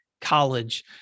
College